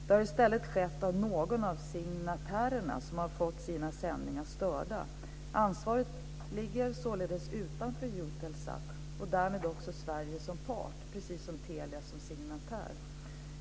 Det har i stället skett av någon av signatärerna som har fått sina sändningar störda. Ansvaret ligger således utanför Eutelsat och därmed också Sverige som part, precis som Telia som signatär.